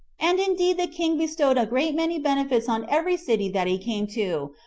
and indeed the king bestowed a great many benefits on every city that he came to,